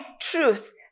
truth